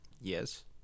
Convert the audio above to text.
Yes